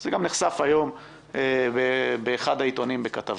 זה גם נחשף היום בכתבה באחד העיתונים.